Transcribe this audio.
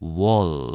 wall